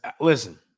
listen